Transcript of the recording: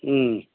ம்